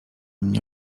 mnie